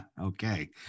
Okay